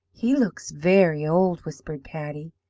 he looks very old whispered patty.